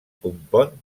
compon